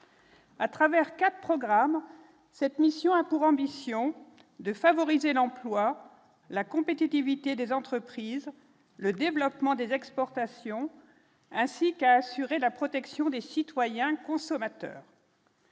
à travers 4 programmes, cette mission a pour ambition de favoriser l'emploi, la compétitivité des entreprises, le développement des exportations, ainsi qu'à assurer la protection des citoyens consommateurs.